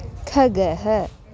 खगः